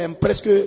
presque